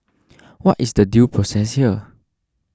what is the due process here